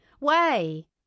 Way